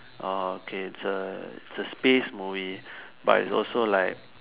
orh okay it's a it's a space movie but it's also like